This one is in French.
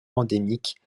endémiques